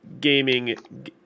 gaming